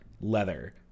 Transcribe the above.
leather